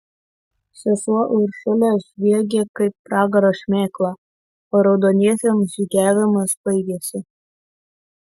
sesuo uršulė žviegė kaip pragaro šmėkla o raudoniesiems žygiavimas baigėsi